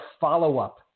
follow-up